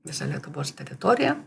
visą lietuvos teritoriją